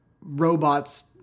robot's